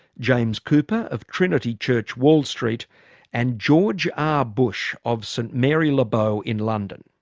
james cooper of trinity church wall st and george r bush of st mary-le-bow in london.